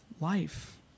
life